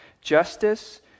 justice